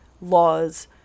laws